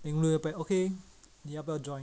and they'll be like okay 你要不要 join